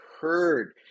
heard